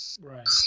right